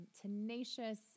tenacious